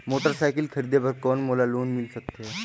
Motorcycle खरीदे बर कौन मोला लोन मिल सकथे?